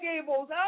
Gables